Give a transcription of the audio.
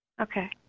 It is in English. Okay